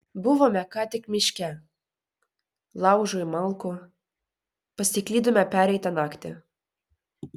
buvome ką tik miške laužui malkų pasiklydome pereitą naktį